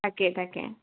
তাকে তাকে